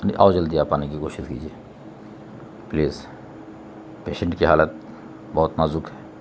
اور جلدی آپ آنے کی کوشش کیجیے پلیز پیشنٹ کی حالت بہت نازک ہے